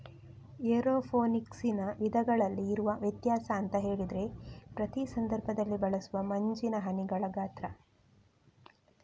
ಏರೋಫೋನಿಕ್ಸಿನ ವಿಧಗಳಲ್ಲಿ ಇರುವ ವ್ಯತ್ಯಾಸ ಅಂತ ಹೇಳಿದ್ರೆ ಪ್ರತಿ ಸಂದರ್ಭದಲ್ಲಿ ಬಳಸುವ ಮಂಜಿನ ಹನಿಗಳ ಗಾತ್ರ